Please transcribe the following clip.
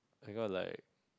I got like